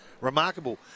remarkable